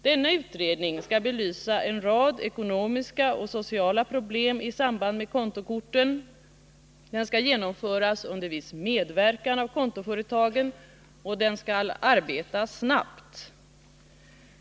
Denna utredning skall belysa en rad ekonomiska och sociala problem i samband med kontokorten. Den skall genomföras under viss medverkan av kontoföretagen, och den skall arbeta snabbt.